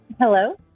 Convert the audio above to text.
hello